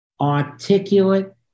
articulate